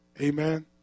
amen